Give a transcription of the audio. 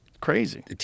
Crazy